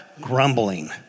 grumbling